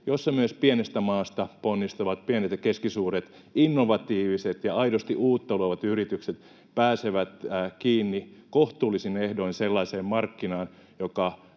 jossa myös pienestä maasta ponnistavat, pienet ja keskisuuret innovatiiviset ja aidosti uutta luovat yritykset pääsevät kiinni kohtuullisin ehdoin sellaiseen markkinaan,